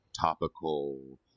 topical